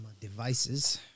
devices